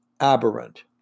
aberrant